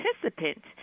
participant